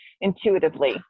intuitively